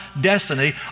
destiny